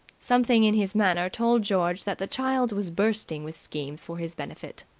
something in his manner told george that the child was bursting with schemes for his benefit.